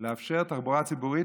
אנחנו צריכים לאפשר תחבורה ציבורית.